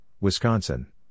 Wisconsin